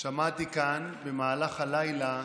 שמעתי כאן במהלך הלילה